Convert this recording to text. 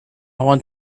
want